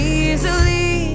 easily